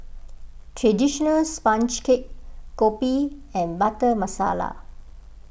Traditional Sponge Cake Kopi and Butter Masala